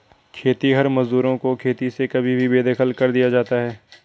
खेतिहर मजदूरों को खेती से कभी भी बेदखल कर दिया जाता है